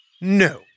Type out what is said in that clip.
No